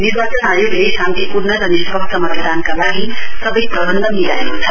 निर्वाचन आयोगले शान्तिपूर्ण र निष्पक्ष मतदानका लागि सबै प्रवन्ध मिलाएको छ